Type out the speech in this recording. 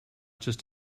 just